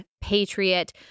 Patriot